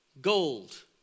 Gold